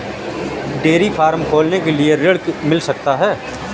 Dairy farm खोलने के लिए ऋण मिल सकता है?